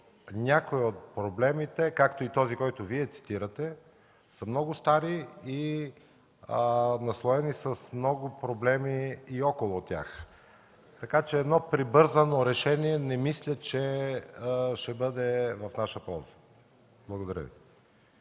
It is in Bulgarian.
някои от проблемите, както и този, който Вие цитирате, са много стари и наслоени с много проблеми и около тях. Така че едно прибързано решение не мисля, че ще бъде в наша полза. Благодаря Ви.